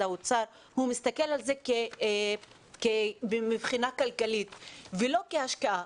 האוצר מסתכל על זה מבחינה כלכלית ולא כהשקעה.